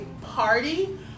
party